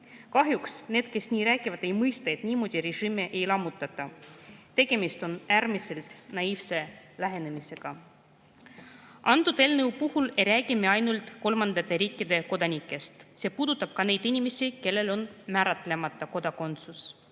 Kahjuks need, kes nii räägivad, ei mõista, et niimoodi režiimi ei lammutata. Tegemist on äärmiselt naiivse lähenemisega. Selle eelnõu puhul ei räägi me ainult kolmandate riikide kodanikest. See puudutab ka neid inimesi, kellel on määratlemata kodakondsus,